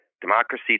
Democracy